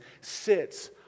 sits